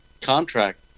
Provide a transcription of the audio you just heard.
contract